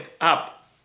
up